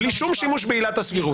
בלי שום שימוש בעילת הסבירות.